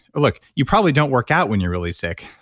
look, you probably don't work out when you're really sick.